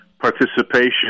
participation